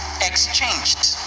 exchanged